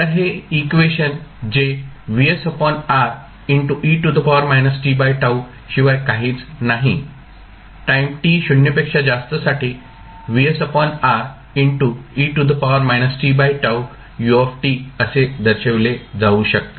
तर हे इक्वेशन जे शिवाय काहीच नाही टाईम t 0 पेक्षा जास्तसाठी असे दर्शविले जाऊ शकते